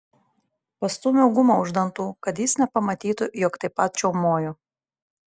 pastūmiau gumą už dantų kad jis nepamatytų jog taip pat čiaumoju